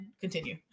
continue